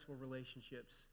relationships